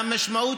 והמשמעות,